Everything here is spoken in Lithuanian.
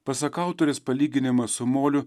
pasak autorės palyginimas su moliu